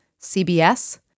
CBS